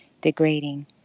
degrading